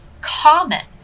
common